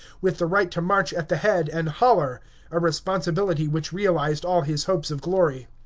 with the right to march at the head and holler a responsibility which realized all his hopes of glory.